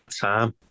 time